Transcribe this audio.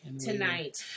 tonight